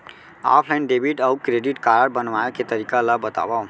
Offline debit अऊ credit card बनवाए के तरीका ल बतावव?